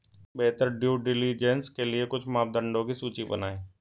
बेहतर due diligence के लिए कुछ मापदंडों की सूची बनाएं?